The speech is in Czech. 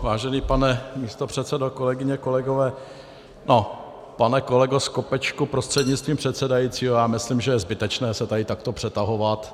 Vážený pane místopředsedo, kolegyně, kolegové, pane kolego Skopečku prostřednictvím předsedajícího, já myslím, že je zbytečné se tady takto přetahovat.